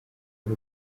b’u